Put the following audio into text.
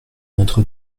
notre